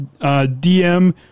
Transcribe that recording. DM